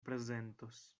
prezentos